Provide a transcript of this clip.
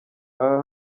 aha